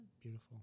Beautiful